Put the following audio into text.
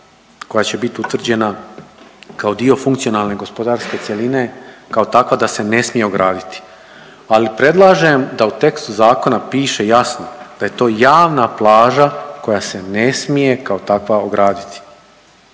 koja će bit utvrđena kao dio funkcionalne gospodarske cjeline kao takva da se ne smije ograditi, ali predlažem da u tekstu zakona piše jasno da je to javna plaža koja se ne smije kao takva ograditi